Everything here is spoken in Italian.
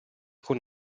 con